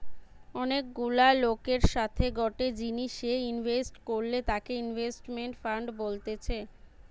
অনেক গুলা লোকের সাথে গটে জিনিসে ইনভেস্ট করলে তাকে ইনভেস্টমেন্ট ফান্ড বলতেছে